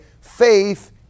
Faith